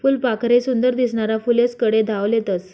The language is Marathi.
फुलपाखरे सुंदर दिसनारा फुलेस्कडे धाव लेतस